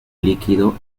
líquido